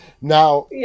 Now